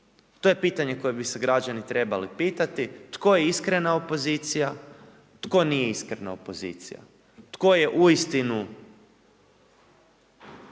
To je pitanje koje bi se građani trebali pitati, tko je iskrena opozicija, tko nije iskrena opozicija, tko je uistinu